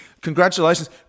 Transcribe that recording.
congratulations